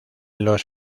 los